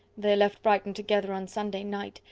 they left brighton together on sunday night,